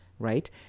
right